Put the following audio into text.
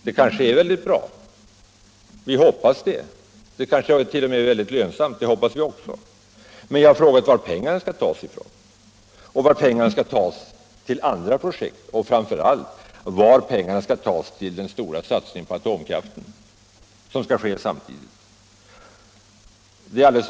Det är måhända väldigt bra och kanske t.o.m. mycket lönsamt — vi hoppas det — men jag frågar varifrån pengarna skall tas till detta och till andra projekt, framför allt till den stora satsning på atomkraften som skall ske samtidigt.